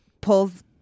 pulls